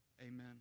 Amen